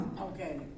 Okay